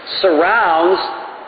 surrounds